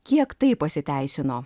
kiek tai pasiteisino